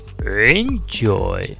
Enjoy